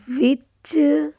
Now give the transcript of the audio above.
ਵਿੱਚ